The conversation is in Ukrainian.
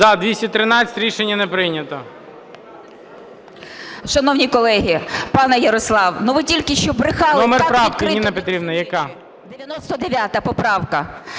Ніна Петрівна, яка?